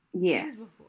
Yes